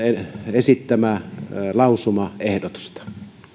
esittämäänsä lausumaehdotusta